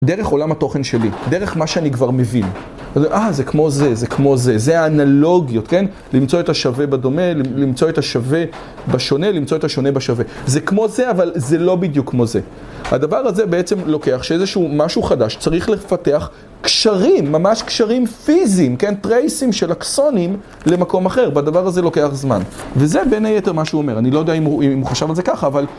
דרך עולם התוכן שלי, דרך מה שאני כבר מבין. אה, זה כמו זה, זה כמו זה, זה האנלוגיות, כן? למצוא את השווה בדומה, למצוא את השווה בשונה, למצוא את השונה בשווה. זה כמו זה, אבל זה לא בדיוק כמו זה. הדבר הזה בעצם לוקח שאיזשהו משהו חדש צריך לפתח קשרים, ממש קשרים פיזיים, כן? טרייסים של אקסונים למקום אחר, והדבר הזה לוקח זמן. וזה בין היתר מה שהוא אומר, אני לא יודע אם הוא חשב על זה ככה, אבל...